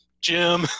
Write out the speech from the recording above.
jim